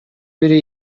бири